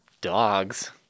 dogs